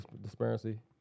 disparity